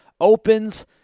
opens